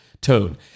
tone